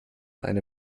eine